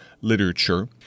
literature